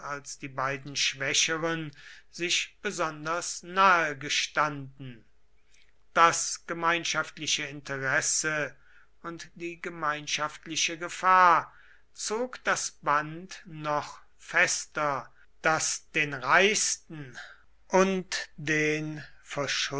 die beiden schwächeren sich besonders nahe gestanden das gemeinschaftliche interesse und die gemeinschaftliche gefahr zog das band noch fester das den reichsten und den